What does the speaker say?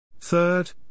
Third